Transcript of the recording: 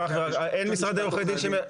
אין משרדי עורכי דין שמייצגים?